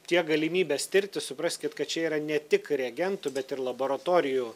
tiek galimybės tirti supraskit kad čia yra ne tik reagentų bet ir laboratorijų